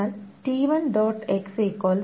X t2